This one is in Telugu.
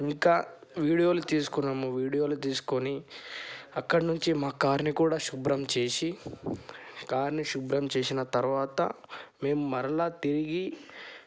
ఇంకా వీడియోలు తీసుకున్నాము వీడియోలు తీసుకోని అక్కడి నుంచి మా కార్ని కూడా శుభ్రం చేసి కార్ని శుభ్రం చేసిన తర్వాత మేము మరలా తిరిగి